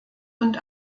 und